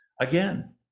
Again